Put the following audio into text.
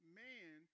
man